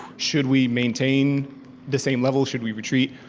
should we maintain the same level, should we retreat?